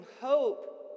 hope